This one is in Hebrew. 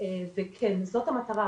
וכן, זאת המטרה.